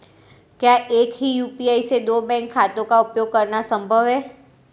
क्या एक ही यू.पी.आई से दो बैंक खातों का उपयोग करना संभव है?